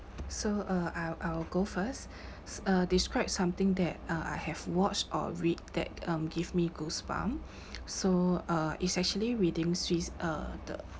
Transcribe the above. so uh I'll I'll go first uh describe something that uh I have watched or read that um give me goosebump so uh it's actually reading suic~ uh the